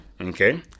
Okay